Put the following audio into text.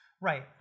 Right